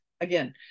again